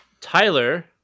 Tyler